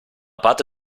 parte